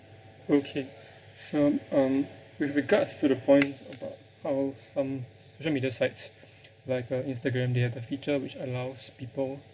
okay so um with regards to the point of um social media sites like instagram they have the feature which allows people